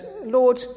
Lord